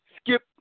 skip